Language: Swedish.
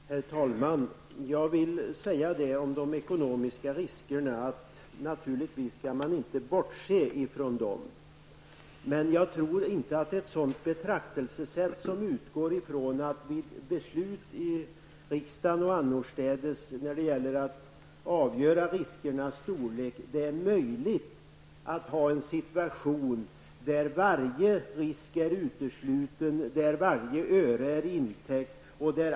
Herr talman! Jag vill säga att man naturligtvis inte skall bortse från de ekonomiska riskerna. Jag tror inte att man i riksdagen eller annorstädes kan fatta ett beslut av det här slaget där man exakt bedömer hur stor risken är.